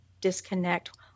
disconnect